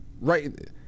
right